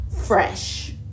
fresh